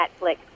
Netflix